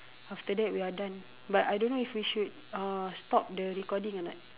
after that we are done but I don't know if we should uh stop the recording or not